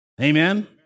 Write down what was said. Amen